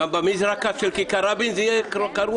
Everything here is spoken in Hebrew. גם במזרקה של כיכר רבין זה יהיה קרוע?